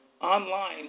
online